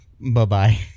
Bye-bye